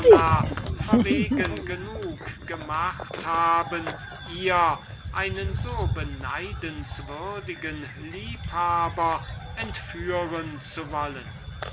verwegen genug gemacht haben ihr einen so beneidenswürdigen liebhaber entführen zu wollen